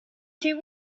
two